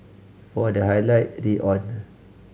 for the highlight read on